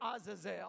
Azazel